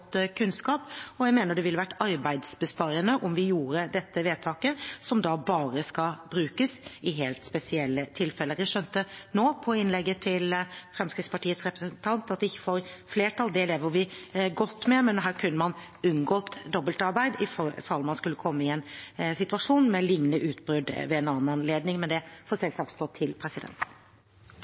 gjorde dette vedtaket, som da bare skal brukes i helt spesielle tilfeller. Jeg skjønte nå av innlegget fra Fremskrittspartiets representant at det ikke får flertall, og det lever vi godt med. Men her kunne man ha unngått dobbeltarbeid i fall man skulle komme i en situasjon med lignende utbrudd ved en annen anledning, men det får selvsagt stå til.